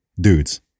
dudes